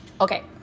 Okay